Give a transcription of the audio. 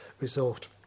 resort